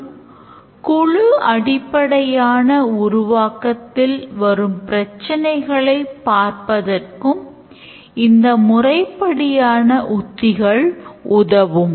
மற்றும் குழு அடிப்படையான உருவாக்கத்தில் வரும் பிரச்சினைகளை பார்ப்பதற்கு இந்த முறைப்படியான உத்திகள் உதவும்